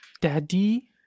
Daddy